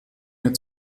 mehr